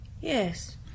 Yes